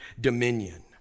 dominion